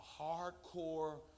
hardcore